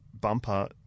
bumper